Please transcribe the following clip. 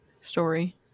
story